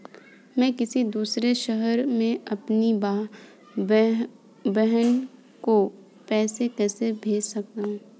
मैं किसी दूसरे शहर से अपनी बहन को पैसे कैसे भेज सकता हूँ?